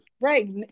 Right